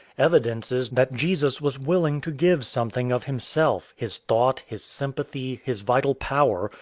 evidences that jesus was willing to give something of himself, his thought, his sympathy, his vital power,